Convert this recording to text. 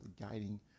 guiding